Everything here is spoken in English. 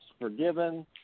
forgiven